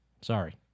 Sorry